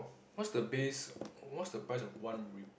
what's the base what's the price of one weep